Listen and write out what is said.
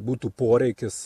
būtų poreikis